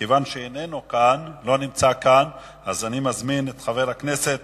כיוון שאיננו כאן, אני מזמין את חבר הכנסת